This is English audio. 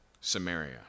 Samaria